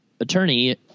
attorney